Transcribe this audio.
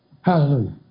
Hallelujah